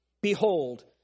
Behold